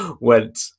went